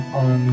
on